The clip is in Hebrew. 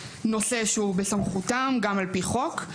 נושא שהוא בסמכותם גם על פי חוק.